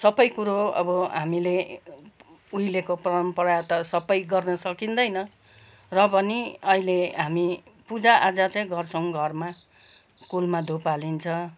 सबै कुरो अब हामीले उहिलेको परम्परा त सबै गर्न सकिँदैन र पनि अहिले हामी पूजाआजा चाहिँ गर्छौँ घरमा कुलमा धूप हालिन्छ